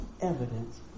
evidence